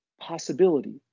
possibility